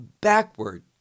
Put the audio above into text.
backward